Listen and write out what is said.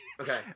Okay